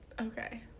Okay